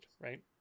right